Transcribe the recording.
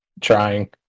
trying